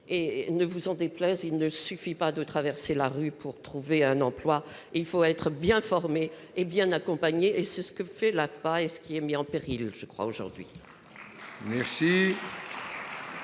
Ne vous en déplaise, il ne suffit pas de traverser la rue pour trouver un emploi : il faut être bien formé et bien accompagné. C'est justement ce que fait l'AFPA et ce qui est mis en péril aujourd'hui.